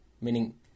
Meaning